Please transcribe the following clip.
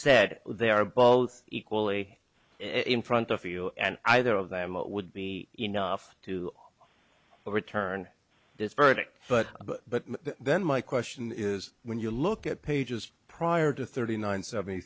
said they are both equally in front of you and either of them would be enough to overturn this verdict but but then my question is when you look at pages prior to thirty nine seventy